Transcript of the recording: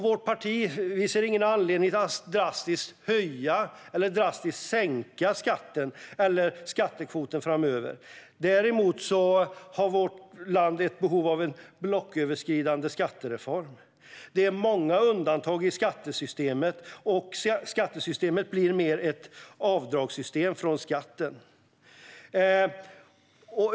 Vårt parti ser ingen anledning att drastiskt höja eller sänka skattekvoten framöver. Däremot har vårt land ett behov av en blocköverskridande skattereform. Det finns många undantag i skattesystemet, och det blir mer ett avdragssystem än ett skattesystem.